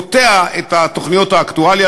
קוטע את תוכניות האקטואליה.